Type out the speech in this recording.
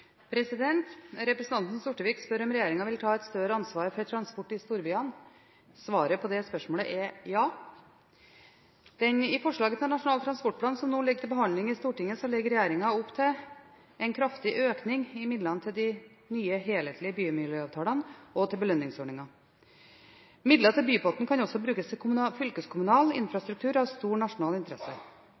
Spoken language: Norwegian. Representanten Sortevik spør om regjeringen vil ta et større ansvar for transport i storbyene. Svaret på det spørsmålet er ja. I forslaget til Nasjonal transportplan, som nå ligger til behandling i Stortinget, legger regjeringen opp til en kraftig økning i midlene til de nye helhetlige bymiljøavtalene og til belønningsordningen. Midler fra bypotten kan også brukes til fylkeskommunal infrastruktur av stor nasjonal interesse.